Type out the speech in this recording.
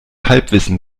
halbwissen